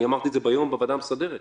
אמרתי את זה היום בוועדה המסדרת,